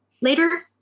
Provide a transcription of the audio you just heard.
later